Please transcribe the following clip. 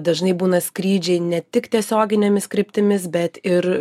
dažnai būna skrydžiai ne tik tiesioginėmis kryptimis bet ir